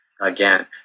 again